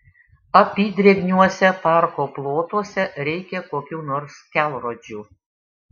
apydrėgniuose parko plotuose reikia kokių nors kelrodžių